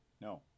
No